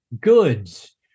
goods